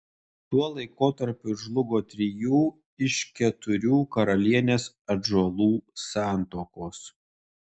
tuo laikotarpiu žlugo trijų iš keturių karalienės atžalų santuokos